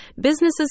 businesses